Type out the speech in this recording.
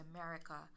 America